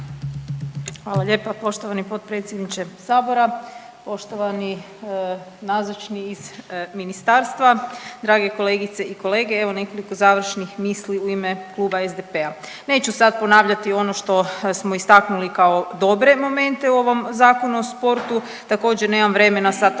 Hvala lijepa poštovani potpredsjedniče sabora. Poštovani nazočni iz ministarstva, drage kolegice i kolege, evo nekoliko završnih misli u ime Kluba SDP-a. Neću sad ponavljati ono što smo istaknuli kao dobre momente u ovom Zakonu o sportu, također nemam vremena sad opet